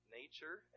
nature